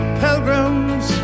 pilgrims